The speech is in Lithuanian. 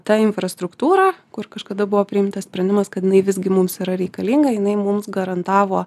ta infrastruktūra kur kažkada buvo priimtas sprendimas kad jinai visgi mums yra reikalinga jinai mums garantavo